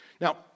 Now